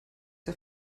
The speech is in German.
der